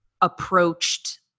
approached